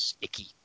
icky